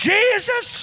Jesus